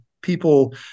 people